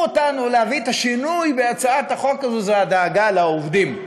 אותנו להביא את השינוי בהצעת החוק הזאת היא הדאגה לעובדים,